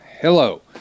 Hello